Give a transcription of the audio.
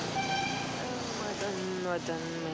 मला मालमत्तेच्या एकूण मूल्याइतके गृहकर्ज मिळू शकेल का?